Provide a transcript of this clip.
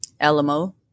alamo